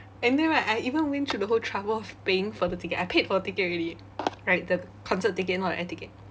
and then right I even went through the whole trouble of paying for the ticket I paid for the ticket already like the concert ticket not the air ticket